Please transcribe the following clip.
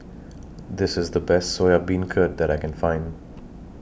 This IS The Best Soya Beancurd that I Can Find